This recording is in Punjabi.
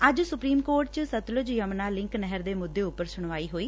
ਅੱਜ ਸੁਪਰੀਮ ਕੋਰਟ ਚ ਸਤਲੁਜ ਯਮੁਨਾ ਲਿੰਕ ਨਹਿਰ ਦੇ ਮੁੱਦੇ ਉਪਰ ਸੁਣਵਾਈ ਹੋਈ